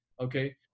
Okay